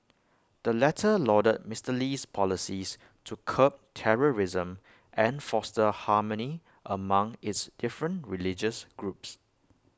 the latter lauded Mister Lee's policies to curb terrorism and foster harmony among its different religious groups